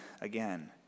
again